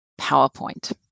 PowerPoint